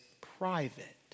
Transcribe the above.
private